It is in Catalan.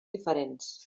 diferents